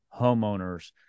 homeowners